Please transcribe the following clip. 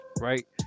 right